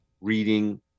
reading